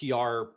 PR